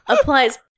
applies